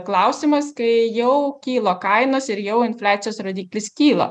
klausimas kai jau kyla kainos ir jau infliacijos rodiklis kyla